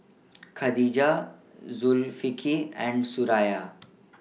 Khadija Zulkifli and Suraya